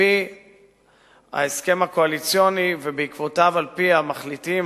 על-פי ההסכם הקואליציוני ובעקבותיו על-פי המחליטים